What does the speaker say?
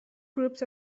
groups